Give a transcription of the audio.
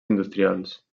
industrials